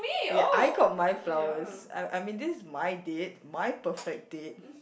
I got my flowers I I mean this is my date my perfect date